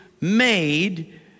made